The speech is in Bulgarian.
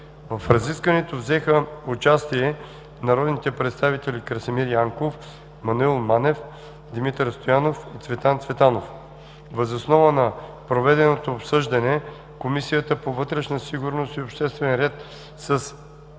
В разискванията взеха участие народните представители Красимир Янков, Маноил Манев, Димитър Стоянов и Цветан Цветанов. Въз основа на проведеното обсъждане Комисията по вътрешна сигурност и обществен ред с